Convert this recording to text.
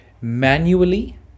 manually